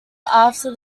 after